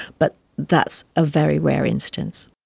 but that's a very rare instance.